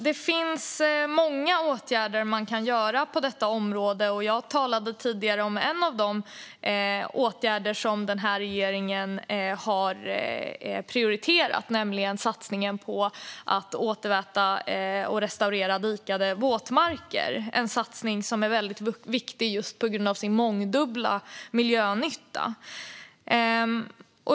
Det finns många åtgärder man kan vidta på detta område. Jag talade tidigare om en av de åtgärder som regeringen har prioriterat: satsningen på att återväta och restaurera dikade våtmarker. Det är en viktig satsning, just på grund av sin mångdubbla miljönytta.